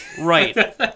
Right